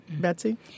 Betsy